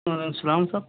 سلام صاحب